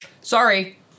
Sorry